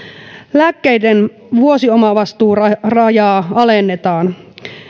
lääkkeiden vuosiomavastuurajaa alennetaan